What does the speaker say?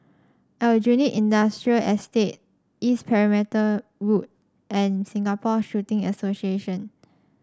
Aljunied Industrial Estate East Perimeter Road and Singapore Shooting Association